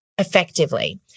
effectively